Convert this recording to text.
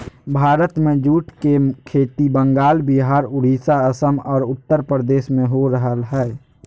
भारत में जूट के खेती बंगाल, विहार, उड़ीसा, असम आर उत्तरप्रदेश में हो रहल हई